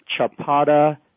Chapada